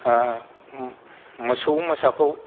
मोसौ मोसाखौ